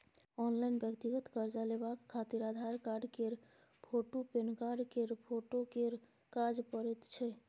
online व्यक्तिगत कर्जा लेबाक खातिर आधार कार्ड केर फोटु, पेनकार्ड केर फोटो केर काज परैत छै